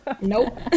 Nope